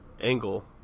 Angle